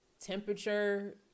temperature